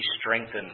strengthened